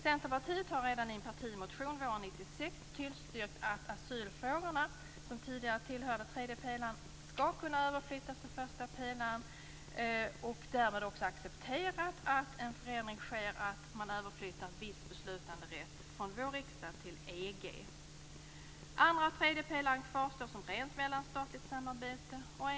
Centerpartiet har redan i en partimotion våren 1996 tillstyrkt att asylfrågorna, som tidigare tillhörde tredje pelaren, skall kunna överflyttas till första pelaren och därmed också accepterat en förändring innebärande överflyttning av viss beslutanderätt från den svenska riksdagen till EG. Andra och tredje pelarna kvarstår som ett rent mellanstatligt samarbete.